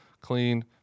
Clean